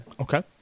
Okay